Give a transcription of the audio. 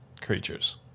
creatures